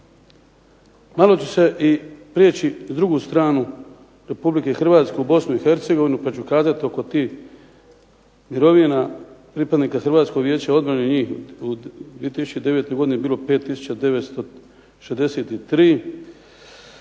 malo ću prijeći i na drugu stranu Republike Hrvatske, u Bosnu i Hercegovinu pa ću kazati oko tih mirovina, pripadnika Hrvatskog vijeća obrane, njih u 2009. godini je bilo 5963,